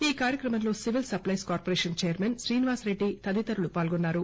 ఈ కార్యక్రమంలో civil supplies corporation chairman Srinivasa Reddy తదితరులు పాల్గొన్నారు